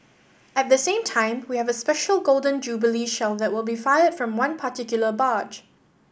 at the same time we have a special Golden Jubilee Shell that will be fired from one particular barge